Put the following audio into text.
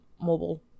mobile